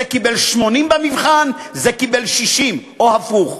זה קיבל 80 במבחן, זה קיבל 60, או הפוך.